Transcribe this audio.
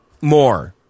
more